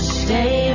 stay